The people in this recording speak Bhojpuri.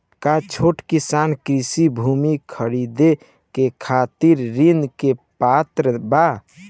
का छोट किसान कृषि भूमि खरीदे के खातिर ऋण के पात्र बा?